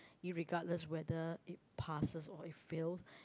irregardless whether it passes or it fails